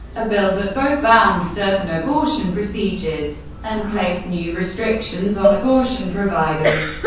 a bill that both banned certain abortion procedures and placed new restrictions on abortion providers.